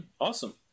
Awesome